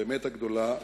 באמת הגדולה,